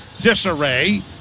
disarray